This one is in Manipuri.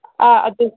ꯑꯥ ꯑꯗꯨ